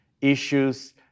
issues